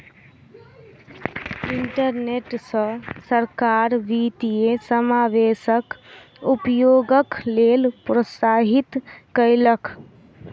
internet सॅ सरकार वित्तीय समावेशक उपयोगक लेल प्रोत्साहित कयलक